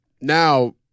Now